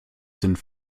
sind